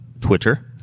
Twitter